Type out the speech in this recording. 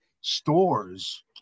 stores